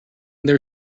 there